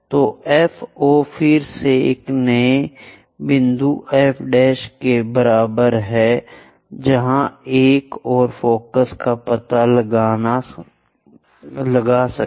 तो FO फिर से इस नए बिंदु F' के बराबर है जहां एक और फोकस का पता लगा सकता है